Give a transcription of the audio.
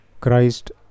Christ